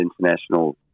international